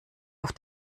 auf